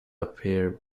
appear